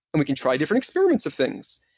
and we can try different experiments of things,